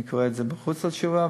אני קורא את זה מחוץ לתשובה.